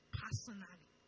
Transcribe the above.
personally